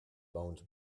bones